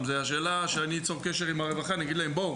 השאלה היא: אני אצור קשר עם הרווחה ואגיד להם "בואו,